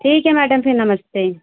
ठीक है मैडम फिर नमस्ते